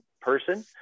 person